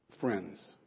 friends